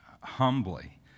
humbly